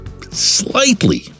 slightly